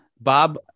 Bob